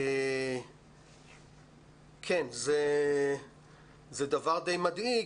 זה דבר די מדאיג,